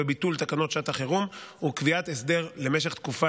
בביטול תקנות שעת החירום וקביעת הסדר למשך תקופה